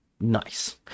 Nice